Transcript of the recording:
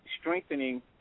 strengthening